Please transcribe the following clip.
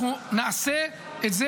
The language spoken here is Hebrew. אנחנו נעשה את זה,